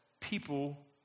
people